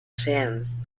sands